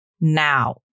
now